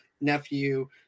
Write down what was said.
nephew